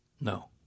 No